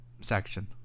section